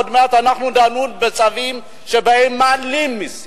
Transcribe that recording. עוד מעט אנחנו נעמוד בצווים שבהם מעלים מסים.